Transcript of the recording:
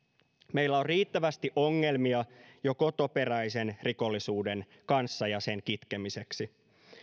meillä on jo riittävästi ongelmia kotoperäisen rikollisuuden kanssa ja sen kitkemiseksi